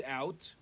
out